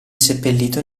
seppellito